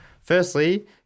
Firstly